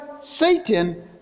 Satan